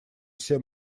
все